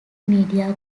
media